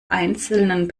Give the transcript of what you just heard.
einzelnen